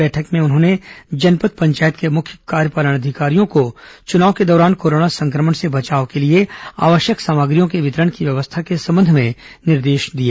बैठक में उन्होंने जनपद पंचायत के मुख्य कार्यपालन अधिकारियों को चुनाव के दौरान कोरोना संक्रमण से बचाव के लिए आवश्यक सामग्रियों के वितरण की व्यवस्था के संबंध में निर्देश दिए